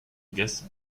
guess